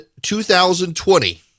2020